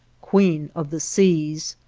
queen of the seas.